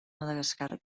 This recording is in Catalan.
madagascar